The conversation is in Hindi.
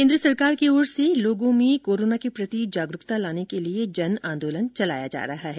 केन्द्र सरकार की ओर लोगों में कोरोना जागरूकता लाने के लिए जन आंदोलन चलाया जा रहा है